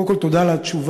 קודם כול, תודה על התשובה.